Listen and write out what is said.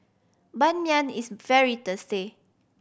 Ban Mian is very tasty